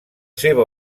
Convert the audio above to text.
seva